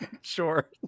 Sure